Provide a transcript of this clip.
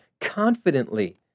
confidently